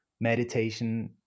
meditation